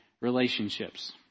relationships